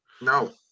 No